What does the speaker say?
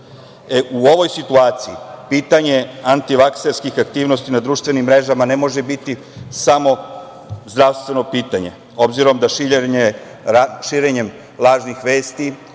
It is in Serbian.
ovoj situaciji, pitanje antivakserskih aktivnosti na društvenim mrežama, ne može biti samo zdravstveno pitanje, obzirom da širenjem lažnih vesti,